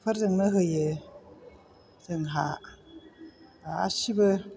एफोरजोंनो होयो जोंहा गासिबो